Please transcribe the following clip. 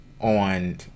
on